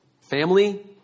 family